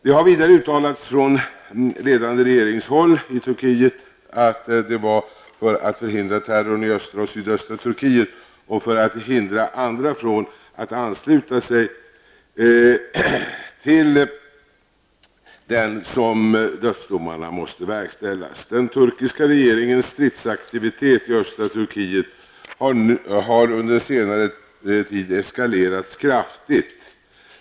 Det har vidare uttalats från ledande regeringshåll i Turkiet att det var för att förhindra terrorn i östra och sydöstra Turkiet och för att hindra andra från att ansluta sig till den som dödsdomarna måste verkställas. Turkiet har under senare tid eskalerats kraftigt.